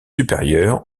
supérieures